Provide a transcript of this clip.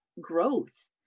growth